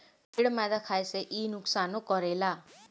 ढेर मैदा खाए से इ नुकसानो करेला